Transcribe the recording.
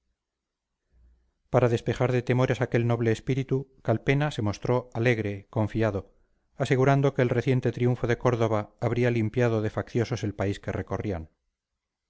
para despejar de temores aquel noble espíritu calpena se mostró alegre confiado asegurando que el reciente triunfo de córdova habría limpiado de facciosos el país que recorrían